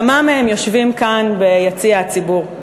כמה מהם יושבים פה ביציע הציבור.